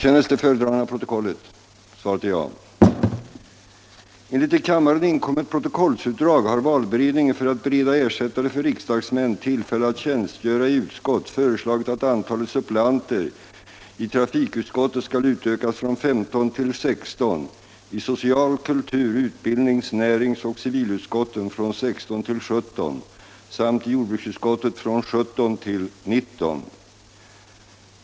Enligt till kammaren inkommet protokollsutdrag har valberedningen —- för att bereda ersättare för riksdagsmän tillfälle att tjänstgöra i utskott —- föreslagit att antalet suppleanter i trafikutskottet skall utökas från 15 till 16, i social-, kultur-, utbildnings-, näringsoch civilutskotten från 16 till 17 samt i jordbruksutskottet från 17 till 19.